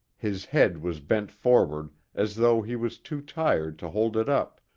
his head was bent forward as though he was too tired to hold it up,